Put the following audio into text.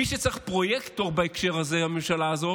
מי שצריך פרויקטור בהקשר הזה, הממשלה הזו